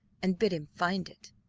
and bid him find it.